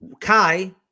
Kai